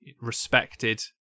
respected